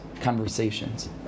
conversations